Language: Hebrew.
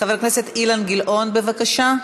חבר הכנסת אילן גילאון, בבקשה.